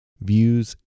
views